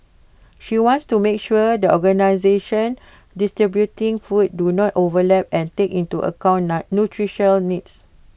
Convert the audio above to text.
she wants to make sure that organisations distributing food do not overlap and take into account nutritional needs